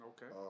Okay